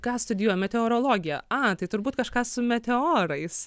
ką studijuoji meteorologiją a tai turbūt kažką su meteorais